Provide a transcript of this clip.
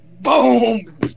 boom